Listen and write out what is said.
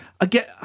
Again